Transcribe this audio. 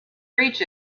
reach